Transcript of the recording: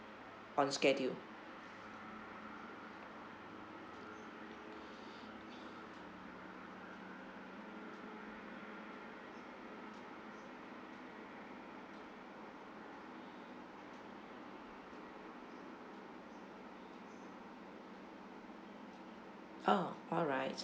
on schedule oh alright